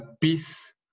peace